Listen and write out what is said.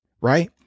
Right